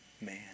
man